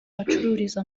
bacururiza